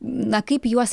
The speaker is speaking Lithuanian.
na kaip juos